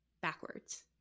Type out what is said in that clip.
backwards